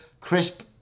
Crisp